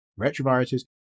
retroviruses